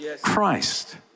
Christ